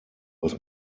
was